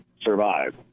survive